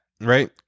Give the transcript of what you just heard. right